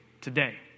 today